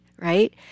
right